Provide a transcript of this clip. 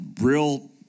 real